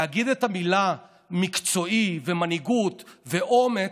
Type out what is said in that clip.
להגיד את המילים "מקצועי", ו"מנהיגות" ו"אומץ"